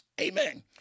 Amen